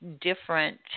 different